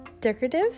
decorative